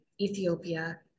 Ethiopia